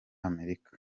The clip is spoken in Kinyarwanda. amerika